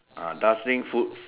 ah dustbin full